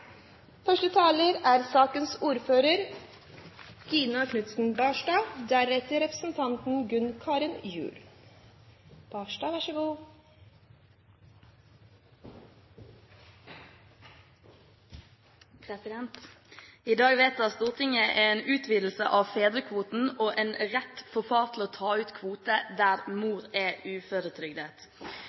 I dag vedtar Stortinget en utvidelse av fedrekvoten og en rett for far til å ta ut kvote der mor er uføretrygdet.